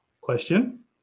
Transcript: question